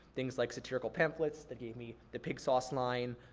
things like satirical pamphlets that gave me the pig sawce line,